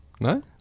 No